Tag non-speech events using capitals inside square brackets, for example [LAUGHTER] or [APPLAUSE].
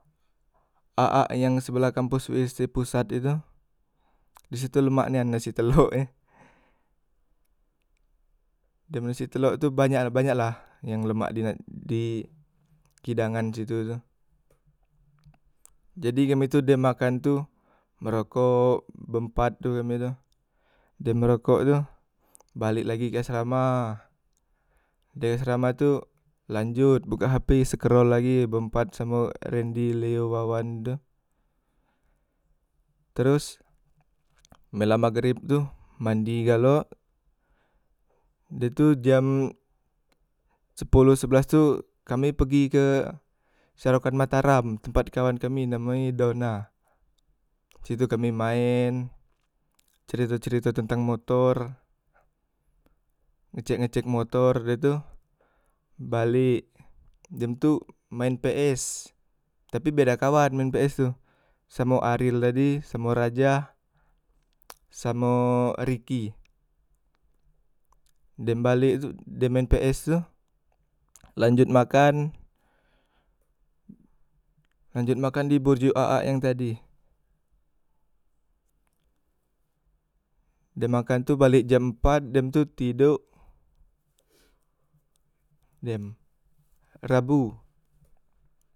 Aa yang sebelah kampus ust pusat itu, disitu lemak nian nasi telok e [LAUGHS] dem nasi telok tu banyak la banyak la yang di kidangan situ tu jadi kami tu dem makan tu merokok ber empat tu kami tu, dem merokok tu balek lagi ke asrama, de asrama tu lanjot buka hp skrol lagi berempat samo rendi, leo, wawan tu, teros men la magreb tu mandi galo, da tu jam sepoloh sebelas tu kami pegi ke selokan mataram tempat kawan kami namonyo dona disano kami maen, cerito- cerito tentang motor, ngecek- ngecek motor da tu balek, dem tu maen ps, tapi beda kawan maen ps tu samo aril tadi, samo raja, samo riki, dem balek tu dem maen ps tu lanjot makan, lantot makan di burjo aa yang tadi, dem makan tu balek jam empat dem tu tidok dem, rabu.